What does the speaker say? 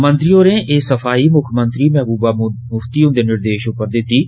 मंत्री होरे एह् सफाई मुक्खमंत्री महबूबा मुफ्ती हुंदे निर्देष पर दिती ऐ